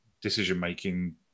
decision-making